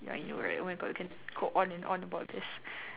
ya I know right oh my god I can go on and on about this